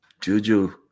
Juju